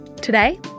Today